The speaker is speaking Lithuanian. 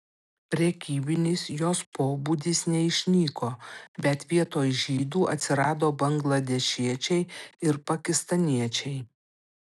prekybinis jos pobūdis neišnyko bet vietoj žydų atsirado bangladešiečiai ir pakistaniečiai